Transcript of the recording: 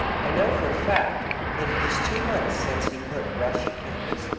i know for a fact that it is two months since he put brush to canvas.